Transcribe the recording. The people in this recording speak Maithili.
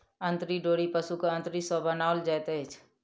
अंतरी डोरी पशुक अंतरी सॅ बनाओल जाइत अछि